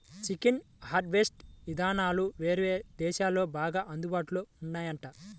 chicken harvest ఇదానాలు వేరే దేశాల్లో బాగా అందుబాటులో ఉన్నాయంట